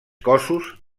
cossos